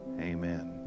Amen